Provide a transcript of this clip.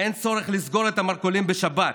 אין צורך לסגור את המרכולים בשבת,